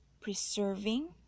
preserving